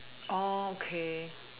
okay